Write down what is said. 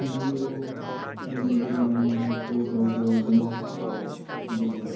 ꯊꯝꯕꯤꯎ ꯑꯩꯈꯣꯏꯅ ꯑꯗꯨ ꯀꯣꯜ ꯇꯧꯖꯔꯕꯅꯤ ꯑꯗꯨꯒ